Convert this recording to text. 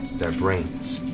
they're brains.